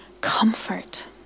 comfort